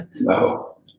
no